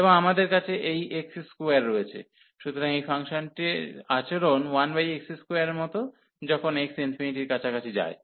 এবং আমাদের কাছে এই x2 রয়েছে সুতরাং এই ফাংশনটির আচরণ 1x2 এর মতো যখন x এর কাছাকাছি যায়